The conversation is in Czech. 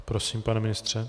Prosím, pane ministře.